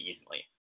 easily